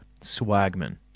swagman